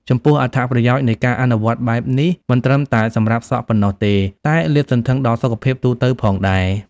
ចំពោះ អត្ថប្រយោជន៍នៃការអនុវត្តន៍បែបនេះ មិនត្រឹមតែសម្រាប់សក់ប៉ុណ្ណោះទេ តែលាតសន្ធឹងដល់សុខភាពទូទៅផងដែរ។